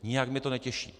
Nijak mě to netěší.